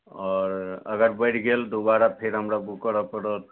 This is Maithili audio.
आओर अगर बढ़ि गेल दुबारा फेर हमरा बुक करऽ पड़त